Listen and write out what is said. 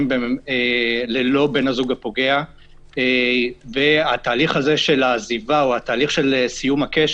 של פגיעה בחסר ישע על ידי מי שהוא תלוי